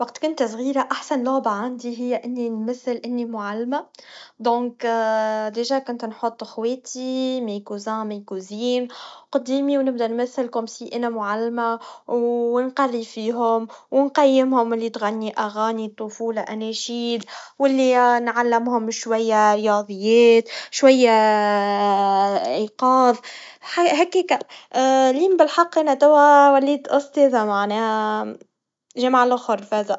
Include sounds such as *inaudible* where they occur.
وقت كنت صغيرا أحسن لعبا عندي هيا إني نمثل إني معلما, لذلك بالفعل كنت نحط اخواتي, أبناء عمي, وبنات عمي قدامي, ونبدا نمثل كأنني أنا معلما, و نقري فيهم, ونقيمهم اللي تغني أغاني طفولا, أناشيدد, واللي نعلمهم شويا رياضيات, شويا *hesitation* إيقاظ, حي- هكاكا, لين بالحق انا توا وليت أستاذا, معناها جمع الاخر فازا.